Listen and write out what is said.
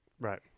Right